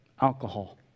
alcohol